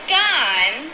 gone